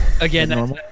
again